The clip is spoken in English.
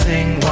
Sing